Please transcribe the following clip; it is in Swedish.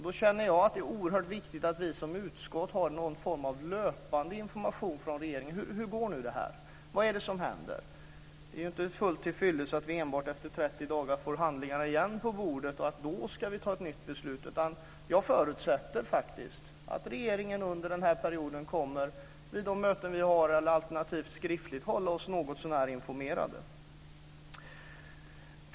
Då känner jag att det är oerhört viktigt att vi som utskott får någon form av löpande information från regeringen om hur det går och vad det är som händer. Det är inte helt tillfyllest att vi efter enbart 30 dagar återigen får handlingarna på bordet och då ska ta ett nytt beslut. Jag förutsätter faktiskt att regeringen under den här perioden, vid de möten vi har eller alternativt skriftligt, håller oss något så när informerade.